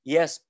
Yes